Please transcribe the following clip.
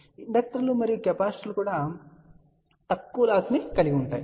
ఇప్పుడు ఇండక్టర్లు మరియు కెపాసిటర్లు కూడా తక్కువ లాస్ లను కలిగి ఉంటాయి